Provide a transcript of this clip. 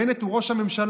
בנט הוא ראש הממשלה,